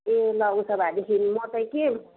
ए ल उसो भएदेखि म चाहिँ के